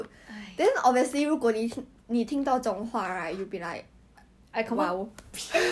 no always have [one]